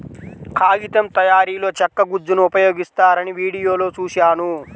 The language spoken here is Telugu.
కాగితం తయారీలో చెక్క గుజ్జును ఉపయోగిస్తారని వీడియోలో చూశాను